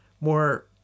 more